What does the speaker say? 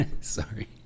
sorry